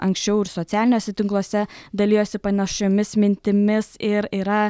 anksčiau ir socialiniuose tinkluose dalijosi panašiomis mintimis ir yra